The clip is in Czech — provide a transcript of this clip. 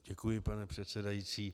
Děkuji, pane předsedající.